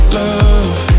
love